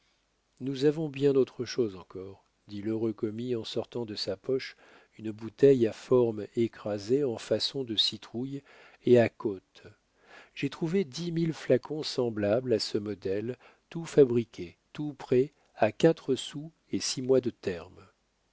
nous avons bien autre chose encore dit l'heureux commis en sortant de sa poche une bouteille à forme écrasée en façon de citrouille et à côtes j'ai trouvé dix mille flacons semblables à ce modèle tout fabriqués tout prêts à quatre sous et six mois de terme